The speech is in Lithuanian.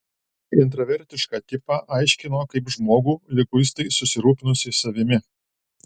intravertišką tipą aiškino kaip žmogų liguistai susirūpinusį savimi